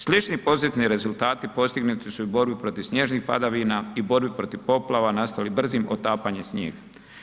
Slični pozitivni rezultati postignuti su u borbi protiv snježnih padavina i borbi protiv poplava nastali brzim otapanjem snijega.